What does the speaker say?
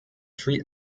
three